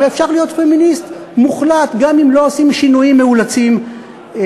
ואפשר להיות פמיניסט מוחלט גם אם לא עושים שינויים מאולצים בשפה.